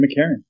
McCarran